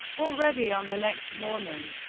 already on the next morning,